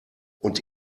und